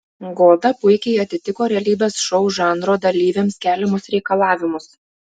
goda puikiai atitiko realybės šou žanro dalyviams keliamus reikalavimus